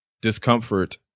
discomfort